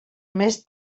més